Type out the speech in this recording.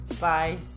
Bye